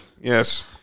Yes